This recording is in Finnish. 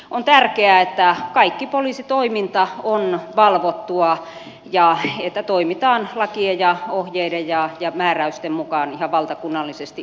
on tärkeää että kaikki poliisitoiminta on valvottua ja että toimitaan lakien ja ohjeiden ja määräysten mukaan ihan valtakunnallisesti yhtenäisesti